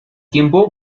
tiempo